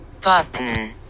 button